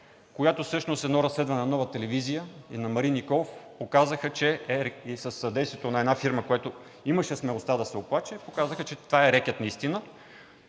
която всъщност едно разследване на Нова телевизия и на Марин Николов показаха – и със съдействието на една фирма, която имаше смелостта да се оплаче, показаха, че това наистина